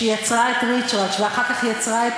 שיצרה את "ריץ'-רץ'" ואחר כך יצרה,